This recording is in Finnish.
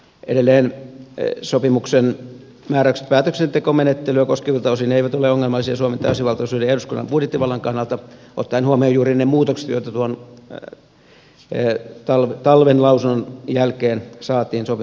edelleen sopimuksen määräykset päätöksentekomenettelyä koskevilta osin eivät ole ongelmallisia suomen täysivaltaisuuden ja eduskunnan budjettivallan kannalta ottaen huomioon juuri ne muutokset joita tuon talven lausunnon jälkeen saatiin sopimusjärjestelyyn